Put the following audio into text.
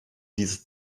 dieses